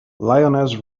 lioness